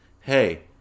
hey